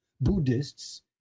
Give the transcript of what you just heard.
Buddhists